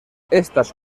estas